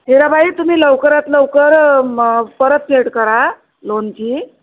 हिराबाई तुम्ही लवकरात लवकर मग परतफेड करा लोनची